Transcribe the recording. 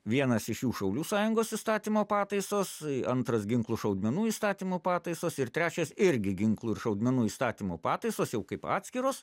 vienas iš jų šaulių sąjungos įstatymo pataisos antras ginklų šaudmenų įstatymo pataisos ir trečias irgi ginklų ir šaudmenų įstatymo pataisos jau kaip atskiros